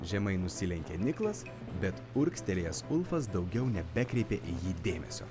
žemai nusilenkė niklas bet urgztelėjęs ulfas daugiau nebekreipė į jį dėmesio